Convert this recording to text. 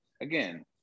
again